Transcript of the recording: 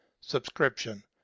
subscription